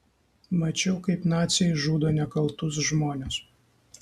mačiau kaip naciai žudo nekaltus žmones